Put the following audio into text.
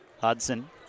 Hudson